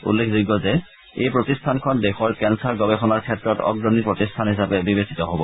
উল্লেখযোগ্য যে এই প্ৰতিষ্ঠানখন দেশৰ কেন্দাৰ গৱেষণাৰ ক্ষেত্ৰত অগ্ৰণী প্ৰতিষ্ঠান হিচাপে বিবেচিত হব